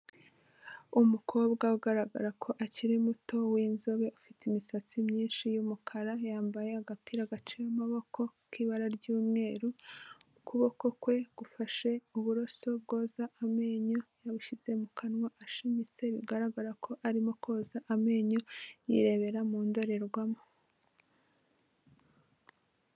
Umukobwa ugaragara ko akiri muto w'inzobe ufite imisatsi myinshi y'umukara, yambaye agapira gaciye amaboko k'ibara ry'umweru, ukuboko kwe gufashe uburoso bwoza amenyo, yabushyize mu kanwa ashinyitse bigaragara ko arimo koza amenyo yirebera mu ndorerwamo.